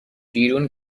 بیرون